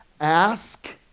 Ask